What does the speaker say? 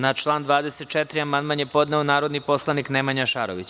Na član 24. amandman je podneo narodni poslanik Nemanja Šarović.